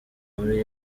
muri